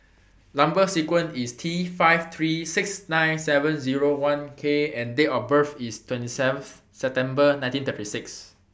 Number sequence IS T five three six nine seven Zero one K and Date of birth IS twenty seven September nineteen thirty six